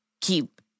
keep